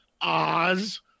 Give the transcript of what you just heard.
Oz